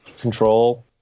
control